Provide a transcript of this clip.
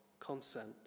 Consent